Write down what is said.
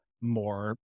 more